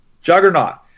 juggernaut